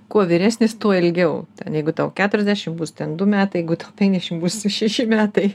kuo vyresnis tuo ilgiau ten jeigu tau keturiasdešimt bus ten du metai jeigu tau penkiasdešimt bus šeši metai